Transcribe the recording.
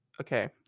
Okay